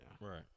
Right